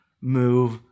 move